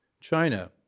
China